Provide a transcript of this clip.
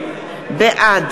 בעד